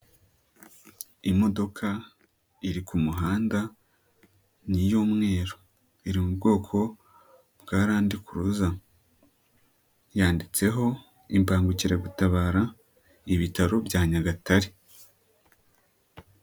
Imodoka iri ku muhanda ni iy’umweru, iri bwoko bwa landi kuruza, yanditseho imbangukiragutabara ibitaro bya Nyagatare.